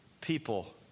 people